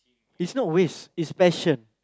it's not waste it's passion